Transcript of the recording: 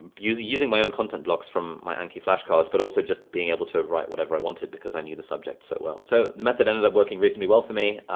but u-using u-using my own content blocks from my anki flashcards but also just being able to write whatever i wanted because i knew the subject so well. so the method ended up working reasonably well for me.